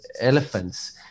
elephants